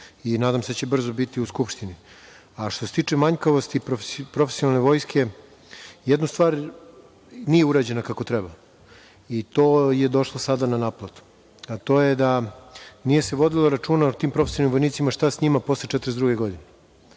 Nadam se da će brzo biti u Skupštini. Što se tiče manjkavosti profesionalne vojske, jedna stvar nije urađena kako treba, i to je sada došlo na naplatu, a to je da se nije vodilo računa o tim profesionalnim vojnicima, šta sa njima posle 42 godine.